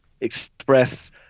express